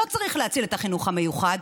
לא צריך להציל את החינוך המיוחד,